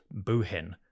Buhin